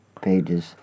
pages